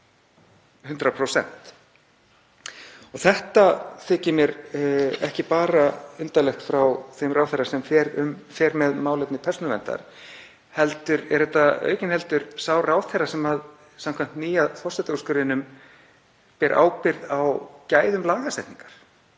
100%. Þetta þykir mér ekki bara undarlegt frá þeim ráðherra sem fer með málefni persónuverndar heldur er þetta aukinheldur sá ráðherra sem samkvæmt nýja forsetaúrskurðinum ber ábyrgð á gæðum lagasetningar.